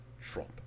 Trump